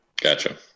Gotcha